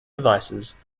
devices